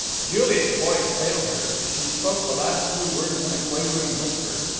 juliet's voice failed her she spoke the last few words in a quavering whisper,